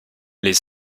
les